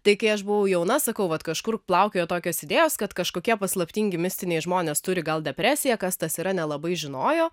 tai kai aš buvau jauna sakau vat kažkur plaukiojo tokios idėjos kad kažkokie paslaptingi mistiniai žmonės turi gal depresiją kas tas yra nelabai žinojo